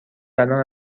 الان